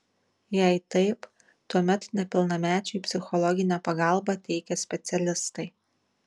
jei taip tuomet nepilnamečiui psichologinę pagalbą teikia specialistai